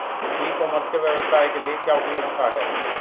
ई commerce के व्यवसाय के लिए क्या उपयोगिता है?